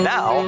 Now